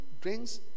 drinks